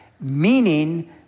meaning